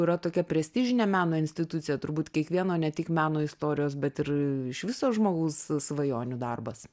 yra tokia prestižinė meno institucija turbūt kiekvieno ne tik meno istorijos bet ir iš viso žmogaus svajonių darbas